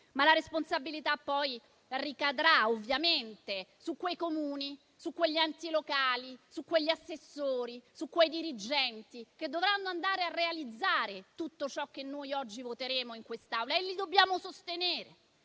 ma quest'ultima poi ricadrà ovviamente su quei Comuni, su quegli enti locali, su quegli assessori e su quei dirigenti che dovranno andare a realizzare tutto ciò che noi oggi voteremo in questa Aula. Per questo li dobbiamo sostenere.